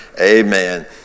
Amen